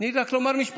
תני לי רק לומר משפט.